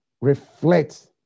Reflect